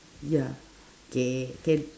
ya k can